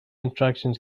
instructions